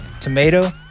tomato